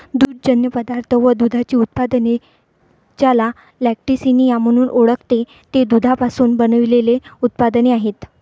दुग्धजन्य पदार्थ व दुधाची उत्पादने, ज्याला लॅक्टिसिनिया म्हणून ओळखते, ते दुधापासून बनविलेले उत्पादने आहेत